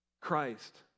Christ